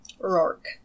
Rourke